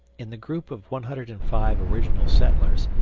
in the group of one hundred and five original settlers,